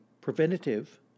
preventative